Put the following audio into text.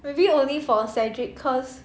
maybe only for cedric cause